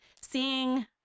seeing